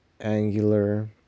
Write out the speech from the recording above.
Angular